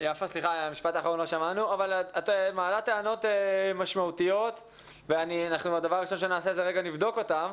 את מעלה טענות משמעותיות והדבר הראשון שנעשה הוא לבדוק אותן.